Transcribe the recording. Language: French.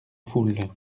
foule